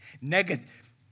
negative